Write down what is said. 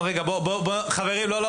חברים, לא, לא.